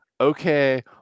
okay